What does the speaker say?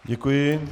Děkuji.